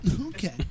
Okay